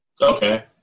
okay